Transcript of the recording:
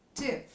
two